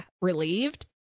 relieved